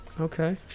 Okay